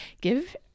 give